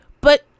But-